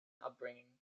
upbringing